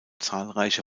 zahlreiche